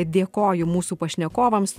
dėkoju mūsų pašnekovams